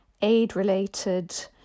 aid-related